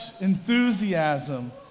enthusiasm